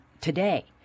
today